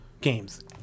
games